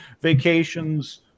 vacations